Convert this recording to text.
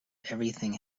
everything